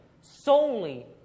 solely